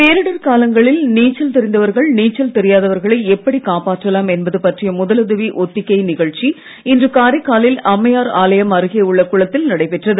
பேரிடர் காலங்களில் நீச்சல் தெரிந்தவர்கள் நீச்சல் தெரியாதவர்களை எப்படி காப்பாற்றலாம் என்பது பற்றிய முதலுதவி ஒத்திகை நிகழ்ச்சி இன்று காரைக்காலில் அம்மையார் ஆலயம் அருகே உள்ள குளத்தில் நடைபெற்றது